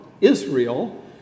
Israel